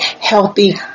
healthy